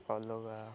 ଅଲଗା